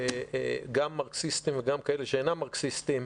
גם מרקסיסטים וגם כאלה שאינם מרקסיסטים,